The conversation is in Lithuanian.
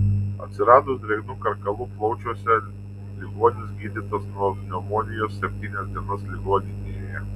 atsiradus drėgnų karkalų plaučiuose ligonis gydytas nuo pneumonijos septynias dienas ligoninėje